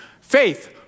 faith